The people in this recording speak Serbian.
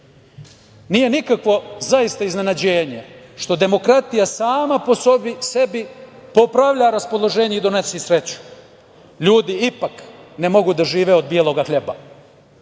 nije nikakvo, zaista, iznenađenje što demokratija sama po sebi popravlja raspoloženje i donosi sreću. Ljudi ipak ne mogu da žive od belog hleba,